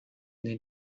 they